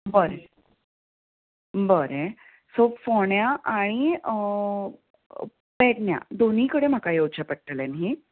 बरें बरें सो फोंड्या आनी पेडण्या दोनी कडेन म्हाका येवचे पडटलें न्हय